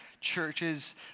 churches